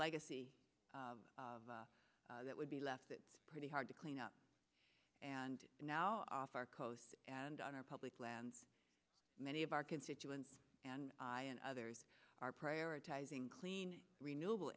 legacy that would be left it pretty hard to clean up and now off our coast and on our public lands many of our constituents and i and others are prioritizing clean renewable